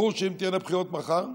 ברור שאם תהיינה בחירות מחר,